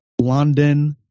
London